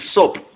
soap